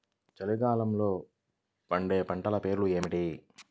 చలికాలంలో పండే పంటల పేర్లు ఏమిటీ?